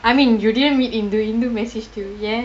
I mean you didn't meet hindu hindu messaged you ya